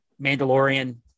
Mandalorian